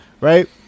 Right